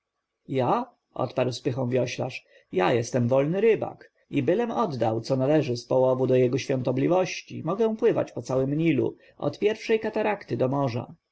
ja odparł z pychą wioślarz ja jestem wolny rybak i bylem oddał co należy z połowu do jego świątobliwości mogę pływać po całym nilu od pierwszej katarakty do morza